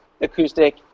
Acoustic